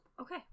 Okay